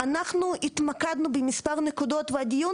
אנחנו התמקדנו במספר נתונים והדיון,